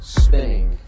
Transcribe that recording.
spinning